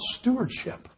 stewardship